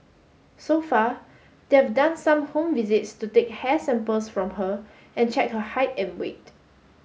so far they've done some home visits to take hair samples from her and check her height and weight